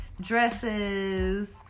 dresses